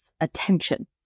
attention